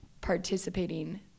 participating